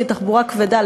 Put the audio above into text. שהיא תחבורה כבדה,